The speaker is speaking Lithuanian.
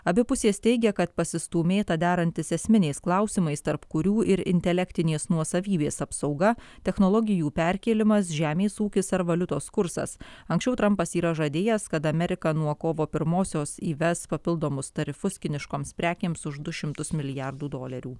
abi pusės teigia kad pasistūmėta derantis esminiais klausimais tarp kurių ir intelektinės nuosavybės apsauga technologijų perkėlimas žemės ūkis ar valiutos kursas anksčiau trampas yra žadėjęs kad amerika nuo kovo pirmosios įves papildomus tarifus kiniškoms prekėms už du šimtus milijardų dolerių